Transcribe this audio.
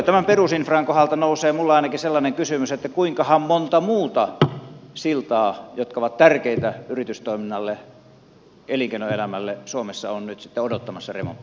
tämän perusinfran kohdalta nousee minulle ainakin sellainen kysymys että kuinkahan monta muuta siltaa jotka ovat tärkeitä yritystoiminnalle elinkeinoelämälle suomessa on nyt sitten odottamassa remonttia